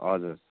हजुर